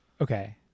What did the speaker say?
Okay